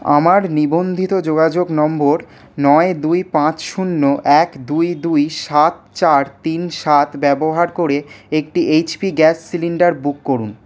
আমার নিবন্ধিত যোগাযোগ নম্বর নয় দুই পাঁচ শূন্য এক দুই দুই সাত চার তিন সাত ব্যবহার করে একটি H P gas cylinder book করুন